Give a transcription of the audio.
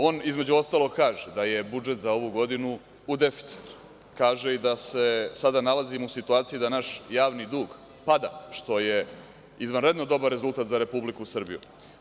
On između ostalog kaže da je budžet za ovu godinu u deficitu, kaže i da se sada nalazimo u situaciji da naš javni dug pada, što je izvanredno dobar rezultat za Republiku Srbiju.